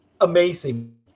amazing